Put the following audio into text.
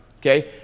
okay